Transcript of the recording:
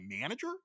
manager